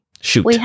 shoot